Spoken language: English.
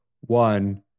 one